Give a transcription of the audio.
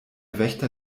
wächter